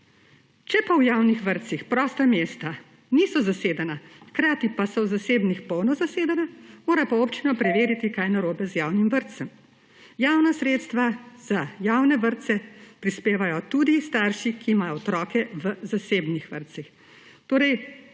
Če pa v javnih vrtcih prosta mesta niso zasedena, hkrati pa so v zasebnih polno zasedena, mora pa občina preveriti, kaj je narobe z javnim vrtcem. Javna sredstva za javne vrtce prispevajo tudi starši, ki imajo otroke v zasebnih vrtcih. Torej,